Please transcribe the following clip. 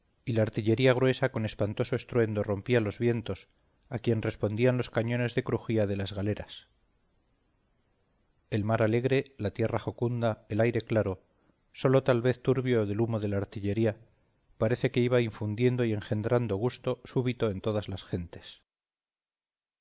y la artillería gruesa con espantoso estruendo rompía los vientos a quien respondían los cañones de crujía de las galeras el mar alegre la tierra jocunda el aire claro sólo tal vez turbio del humo de la artillería parece que iba infundiendo y engendrando gusto súbito en todas las gentes